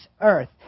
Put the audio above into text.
earth